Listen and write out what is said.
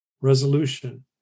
resolution